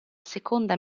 seconda